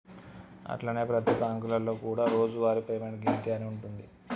అట్లనే ప్రతి బ్యాంకులలో కూడా రోజువారి పేమెంట్ గింతే అని ఉంటుంది